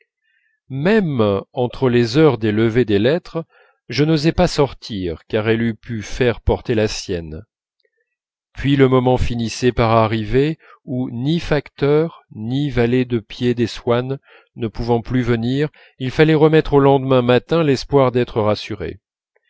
même entre les heures des levées des lettres je n'osais pas sortir car elle eût pu faire porter la sienne puis le moment finissait par arriver où ni facteur ni valet de pied des swann ne pouvant plus venir il fallait remettre au lendemain matin l'espoir d'être rassuré